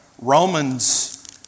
Romans